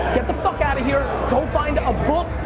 get the fuck out of here. go find a book,